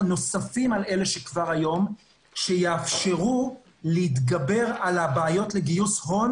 נוספים על אלה שיש כבר היום שיאפשרו להתגבר על הבעיות לגיוס הון